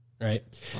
Right